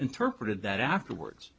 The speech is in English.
interpreted that afterwords